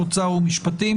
אוצר ומשפטים